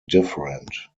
different